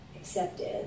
accepted